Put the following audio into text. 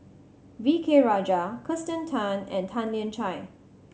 V K Rajah Kirsten Tan and Tan Lian Chye